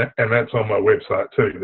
and that's on my website too,